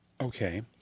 Okay